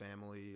family